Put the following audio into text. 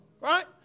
Right